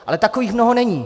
Ale takových mnoho není.